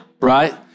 Right